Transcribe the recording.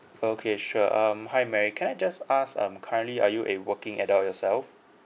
okay sure um hi mary can I just ask um currently are you a working adult yourself